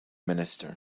minister